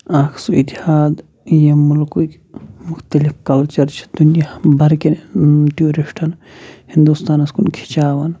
اکھ سُہ اتِحاد یِم مُلکٕکۍ مُختلِف کَلچَر چھِ دُنیا بَرکٮ۪ن ٹیوٗرِسٹَن ہِندوستانَس کُن کھِچاوَن